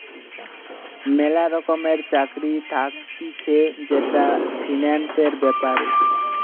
ম্যালা রকমের চাকরি থাকতিছে যেটা ফিন্যান্সের ব্যাপারে